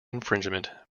infringement